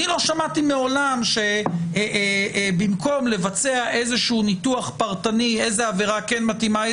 אני לא שמעתי מעולם שבמקום לבצע איזה ניתוח פרטני איזה עבירה כן מתאימה,